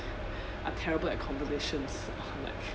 are terrible at conversations like